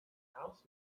house